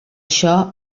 això